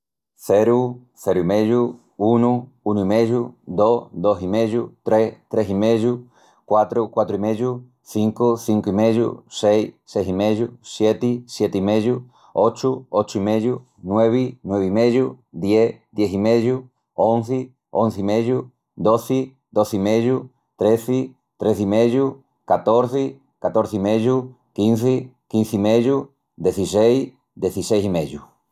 Ceru, ceru-i-meyu, unu, unu-i-meyu, dos, dos-i-meyu, tres, tres-i-meyu, quatru, quatru-i-meyu, cincu, cincu-i-meyu, seis, seis-i-meyu, sieti, sieti-i-meyu, ochu, ochu-i-meyu, nuevi, nuevi-i-meyu, dies, dies-i-meyu, onzi, onzi-i-meyu, dozi, dozi-i-meyu, trezi, trezi-i-meyu, catorzi, catorzi-i-meyu, quinzi, quinzi-i-meyu, dezisseis, dezisseis-i-meyu...